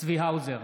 צבי האוזר,